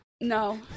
No